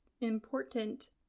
important